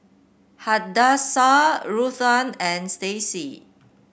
Hadassah Ruthann and Stacey